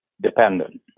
dependent